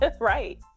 Right